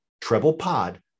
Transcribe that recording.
TreblePod